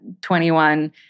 21